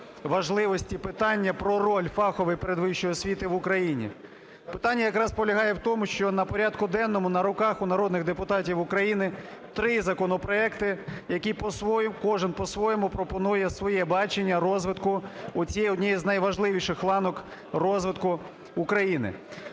важливості питання про роль фаховий передвищої освіти в Україні. Питання якраз полягає в тому, що на порядку денному на руках у народних депутатів України 3 законопроекти, які по-своєму… кожен по-своєму пропонує своє бачення розвитку оцієї однієї з найважливіших ланок розвитку України: